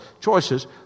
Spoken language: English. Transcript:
choices